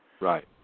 right